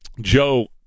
Joe